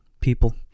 people